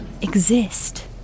exist